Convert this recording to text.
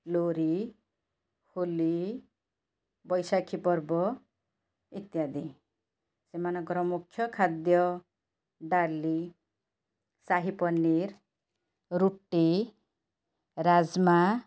ଲୋରି ହୋଲି ବୈଶାଖୀ ପର୍ବ ଇତ୍ୟାଦି ସେମାନଙ୍କର ମୁଖ୍ୟ ଖାଦ୍ୟ ଡାଲି ସାହିପନିର୍ ରୁଟି ରାଜମା